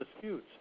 disputes